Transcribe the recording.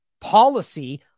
policy